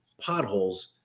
potholes